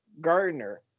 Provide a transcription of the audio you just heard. Gardner